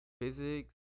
physics